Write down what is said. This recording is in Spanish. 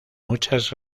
muchas